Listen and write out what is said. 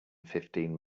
fifteen